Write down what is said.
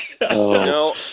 No